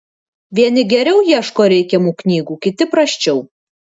vieni geriau ieško reikiamų knygų kiti prasčiau